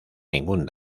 ningún